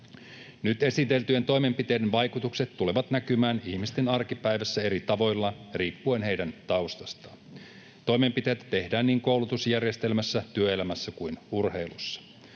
Nyt esiteltyjen toimenpiteiden vaikutukset tulevat näkymään ihmisten arkipäivässä eri tavoilla riippuen heidän taustastaan. Toimenpiteitä tehdään niin koulutusjärjestelmässä, työelämässä kuin urheilussa.